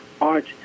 art